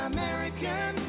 American